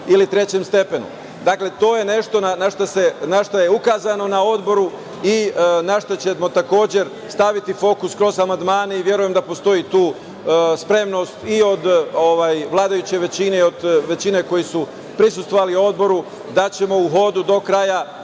ili trećem stepenu. Dakle, to je nešto na šta je ukazano na odboru i na šta ćemo takođe staviti fokus kroz amandmane. Verujem da postoji tu spremnost i od vladajuće većine i od većine koja je prisustvovala odboru, da ćemo u hodu do kraja